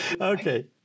Okay